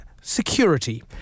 security